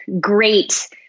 great